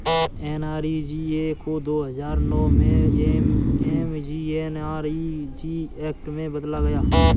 NREGA को दो हजार नौ में एम.जी.एन.आर.इ.जी एक्ट में बदला गया